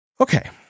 Okay